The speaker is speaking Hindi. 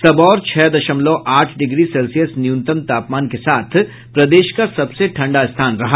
सबौर छह दशमलव आठ डिग्री सेल्सियस न्यूनतम तापमान के साथ प्रदेश का सबसे ठंडा स्थान रहा